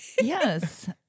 Yes